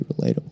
relatable